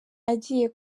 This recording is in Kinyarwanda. agiye